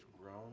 grown